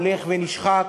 הולך ונשחק.